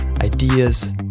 ideas